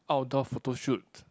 outdoor photoshoot